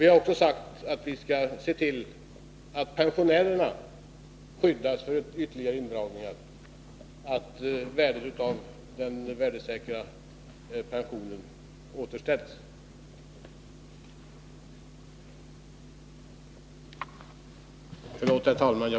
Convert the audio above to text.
Vi har också sagt att vi skall se till att pensionärerna skyddas mot ytterligare indragningar, att den värdesäkra pensionen återställs.